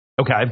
Okay